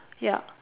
ya